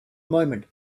moment